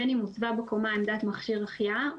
בין אם הוצבה בקומה עמדת מכשיר החייאה,